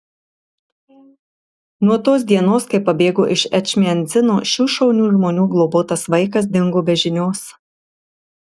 nuo tos dienos kai pabėgo iš ečmiadzino šių šaunių žmonių globotas vaikas dingo be žinios